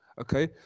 Okay